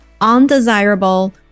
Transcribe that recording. undesirable